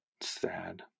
sad